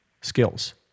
skills